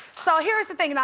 so here's the thing.